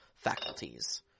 faculties